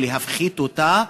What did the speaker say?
או להפחית אותה,